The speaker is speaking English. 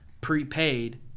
prepaid